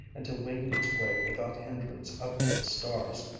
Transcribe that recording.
and to wing its way without hindrance up to the stars.